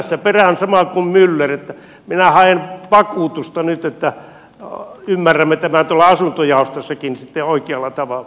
perään samaa kuin myller minä haen vakuutusta nyt että ymmärrämme tämän tuolla asuntojaostossakin sitten oikealla tavalla